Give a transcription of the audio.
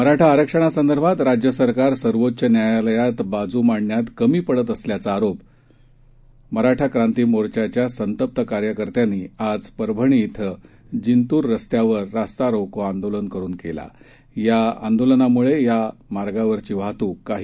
मराठा आरक्षणासंदर्भात राज्य सरकार सर्वोच्च न्यायालयात बाजू मांडण्यात कमी पडत असल्याचा आरोप करत मराठा क्रांती मोर्चाच्या संतप्त कार्यकर्त्यांनी आज परभणी क्रि जिंतूर रस्त्यावर रास्तारोको आंदोलन केलंया आंदोलनामुळे या मार्गावरची वाहतुक काही